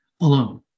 alone